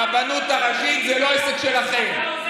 הרבנות הראשית זה לא עסק שלכן.